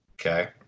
Okay